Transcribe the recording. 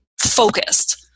focused